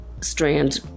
strand